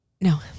No